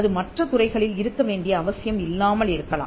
அது மற்ற துறைகளில் இருக்க வேண்டிய அவசியம் இல்லாமல் இருக்கலாம்